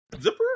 zipper